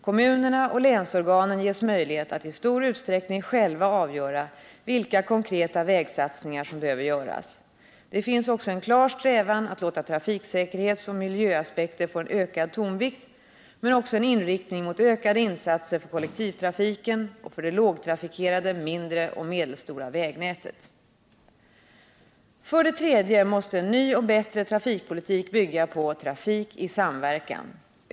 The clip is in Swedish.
Kommunerna och länsorganen ges möjlighet att i stor utsträckning själva avgöra vilka konkreta vägsatsningar som behöver göras. Det finns också en klar strävan att låta trafiksäkerhetsoch miljöaspekter få en ökad tonvikt, men också en inriktning mot ökade insatser för kollektivtrafiken och för det lågtrafikerade mindre och medelstora vägnätet. För det tredje måste en ny och bättre trafikpolitik bygga på trafik i samverkan.